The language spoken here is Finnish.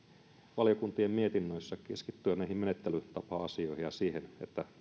valiokuntien mietinnöissä keskittyä näihin menettelytapa asioihin ja siihen